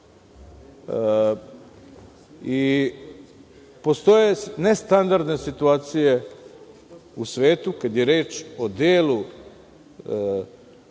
Makaom. Postoje nestandardne situacije u svetu, kada je reč o delu